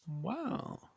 wow